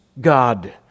God